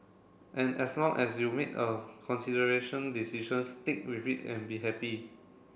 and as long as you made a consideration decision stick with it and be happy